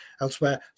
elsewhere